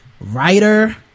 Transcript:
writer